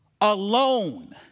alone